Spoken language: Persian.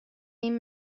این